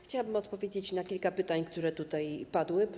Chciałabym odpowiedzieć na kilka pytań, które tutaj padły.